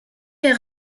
tes